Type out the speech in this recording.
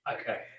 okay